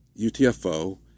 UTFO